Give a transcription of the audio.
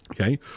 Okay